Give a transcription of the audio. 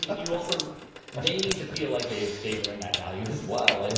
you also they need to feel like they've they've earned that value, as well. like